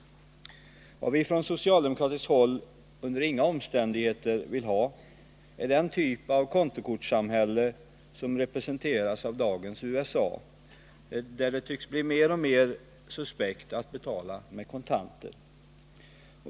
Effekterna av Vad vi på socialdemokratiskt håll under inga omständigheter vill ha är den typ av kontokortssamhälle som representeras av dagens USA, där det tycks bli mer och mer suspekt att betala med kontanter.